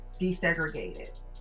desegregated